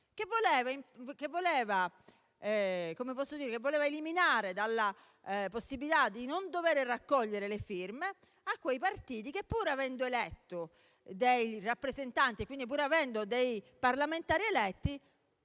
che voleva togliere la possibilità di non dover raccogliere le firme a quei partiti che, pur avendo eletto dei rappresentanti e quindi pur avendo dei parlamentari eletti,